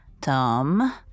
Tom